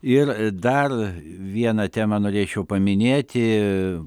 ir dar vieną temą norėčiau paminėti